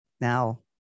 now